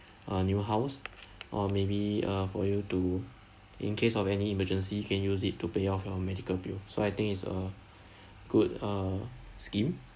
a new house or maybe uh for you to in case of any emergency can use it to pay off your medical bill so I think it's a good uh scheme